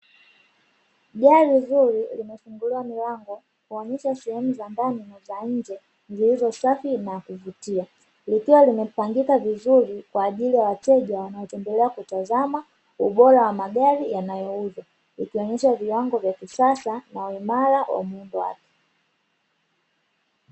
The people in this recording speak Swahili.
Gari zuri limefunguliwa milango kuonyesha sehemu za ndani na za nje zilizo safi na kuvutia, likiwa limepangika vizuri kwa ajili ya wateja wanaotembelea kutazama ubora wa magari yanayouzwa ikionyeshja viwango vya kisasa uimara wa muundo wake.